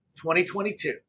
2022